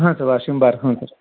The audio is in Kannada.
ಹಾಂ ಸರ್ ವಾಶಿಂಗ್ ಬಾರ್ ಹ್ಞೂ ಸರ್